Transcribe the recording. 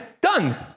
Done